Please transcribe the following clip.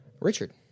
Richard